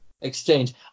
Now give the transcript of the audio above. exchange